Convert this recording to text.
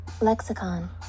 Lexicon